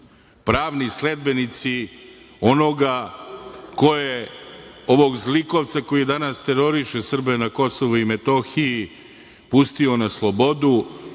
sledbenici onoga ko je ovog zlikovca koji danas teroriše Srbe na Kosovu i Metohiji pustio na slobodu,